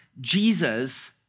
Jesus